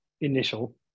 initial